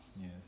Yes